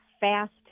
fast